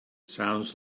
sounds